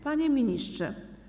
Panie Ministrze!